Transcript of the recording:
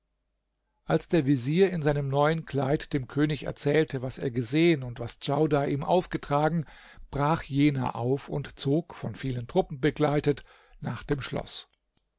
als der vezier in seinem neuen kleid dem könig erzählte was er gesehen und was djaudar ihm aufgetragen brach jener auf und zog von vielen truppen begleitet nach dem schloß